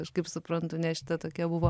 aš kaip suprantu ne šita tokia buvo